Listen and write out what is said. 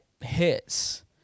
hits